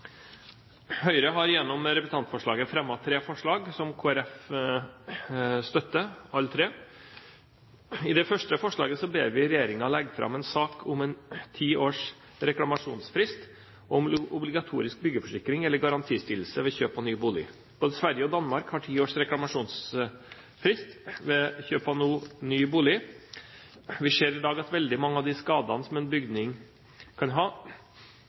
Høyre har gjennom representantforslaget fremmet tre forslag, som Kristelig Folkeparti støtter. I det første forslaget ber vi regjeringen legge fram en sak om ti års reklamasjonsfrist og obligatorisk byggeforsikring eller garantistillelse ved kjøp av ny bolig. Både Sverige og Danmark har ti års reklamasjonsfrist ved kjøp av ny bolig. Vi ser i dag at veldig mange av de skadene som en bygning kan ha,